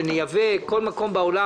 שנייבא מכל מקום בעולם,